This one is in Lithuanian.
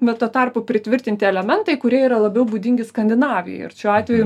bet tuo tarpu pritvirtinti elementai kurie yra labiau būdingi skandinavijoj ir šiuo atveju